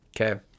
Okay